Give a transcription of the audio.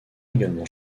également